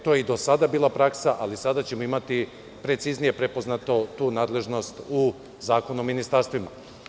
To je i do sada bila praksa, ali sada ćemo imati preciznije prepoznato tu nadležnosti u Zakonu o ministarstvima.